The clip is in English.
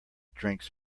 drinks